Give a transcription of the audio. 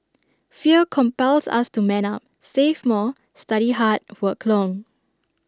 fear compels us to man up save more study hard work long